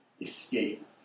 escape